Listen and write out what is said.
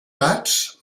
gats